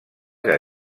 que